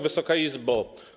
Wysoka Izbo!